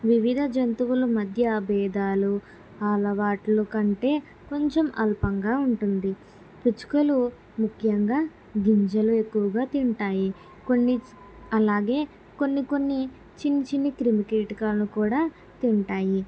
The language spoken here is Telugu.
వివిధ జంతువులు మధ్య ఆ బేధాలు అలవాట్లు కంటే కొంచెం అల్పంగా ఉంటుంది పిచ్చుకలు ముఖ్యంగా గింజలు ఎక్కువగా తింటాయి కొన్ని అలాగే కొన్ని కొన్ని చిన్ని చిన్ని క్రిమి కీటకాలను కూడా తింటాయి